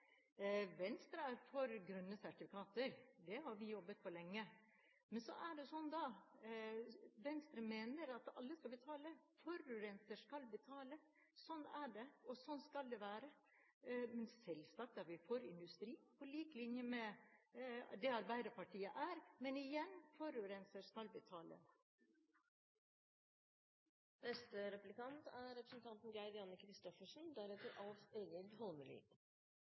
Venstre er for grønne sertifikater. Det har vi jobbet for lenge. Men Venstre mener at alle skal betale. Forurenser skal betale – sånn er det, og sånn skal det være. Selvsagt er vi for industri på lik linje med det Arbeiderpartiet er. Men igjen: Forurenser